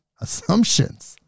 assumptions